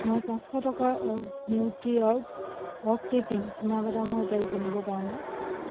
মই পাঁচশ টকাৰ নিউট্ৰিঅৰ্গ অকৃত্ৰিম চীনাবাদামৰ তেল কিনিব পাৰোঁনে